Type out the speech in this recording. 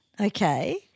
okay